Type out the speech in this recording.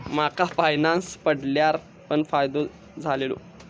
माका फायनांस पडल्यार पण फायदो झालेलो